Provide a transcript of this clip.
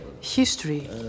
history